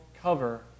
cover